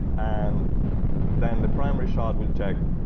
and then, the primary shard will check,